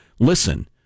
Listen